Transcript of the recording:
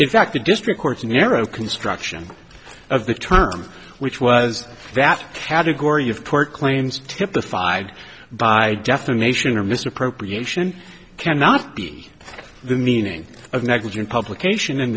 in fact the district court's narrow construction of the term which was that category of court claims typified by defamation or misappropriation cannot be the meaning of negligent publication